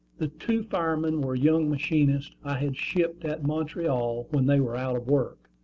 the two firemen were young machinists i had shipped at montreal when they were out of work.